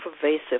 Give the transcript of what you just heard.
pervasive